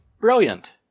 brilliant